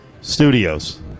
Studios